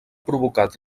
provocat